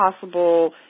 possible